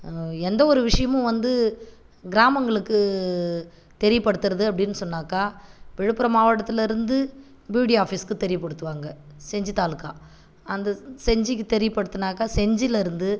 எந்தவொரு விஷயமும் வந்து கிராமங்களுக்கு தெரியப்படுத்துறது அப்படினு சொன்னாக்கா விழுப்புரம் மாவட்டத்தில் இருந்து பிடிஓ ஆபீஸ்க்கு தெரியப்படுத்துவாங்க செஞ்சி தாலுகா அந்த செஞ்சிக்கு தெரியப்படுத்துனாக்கா செஞ்சியில இருந்து